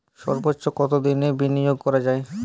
সর্বোচ্চ কতোদিনের বিনিয়োগ করা যায়?